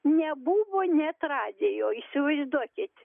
nebuvo net radijo įsivaizduokit